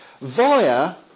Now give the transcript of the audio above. via